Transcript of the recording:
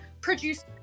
produce